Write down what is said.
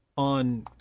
On